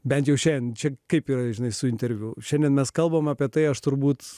bent jau šiandien čia kaip yra žinai su interviu šiandien mes kalbame apie tai aš turbūt